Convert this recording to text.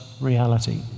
reality